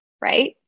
right